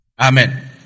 Amen